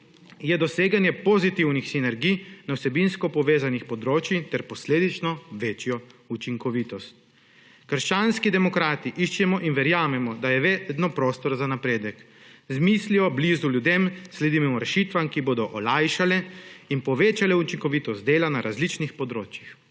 je doseganje pozitivnih sinergij na vsebinsko povezanih področjih ter posledično večjo učinkovitost. Krščanski demokrati iščemo in verjamemo, da je vedno prostor za napredek. Z mislijo blizu ljudem sledimo rešitvam, ki bodo olajšale in povečale učinkovitost dela na različnih področjih.